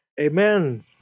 Amen